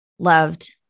loved